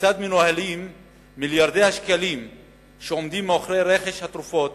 כיצד מנוהלים מיליארדי השקלים שעומדים מאחורי רכש התרופות